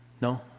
No